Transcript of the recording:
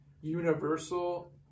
universal